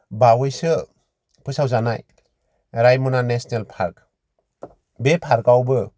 बावैसो फोसावजानाय रायमना नेसनेल पार्क बे पार्कावबो